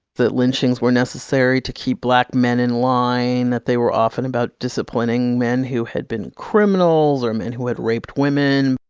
that lynchings were necessary to keep black men in line, that they were often about disciplining men who had been criminals, or men who had raped women.